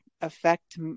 affect